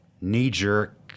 knee-jerk